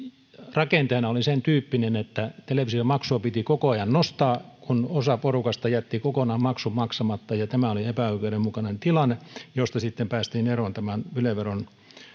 rakenteena oli sentyyppinen että televisiomaksua piti koko ajan nostaa kun osa porukasta jätti kokonaan maksun maksamatta ja tämä oli epäoikeudenmukainen tilanne josta sitten päästiin eroon tämän yle veron